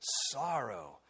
sorrow